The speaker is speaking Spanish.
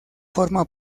forma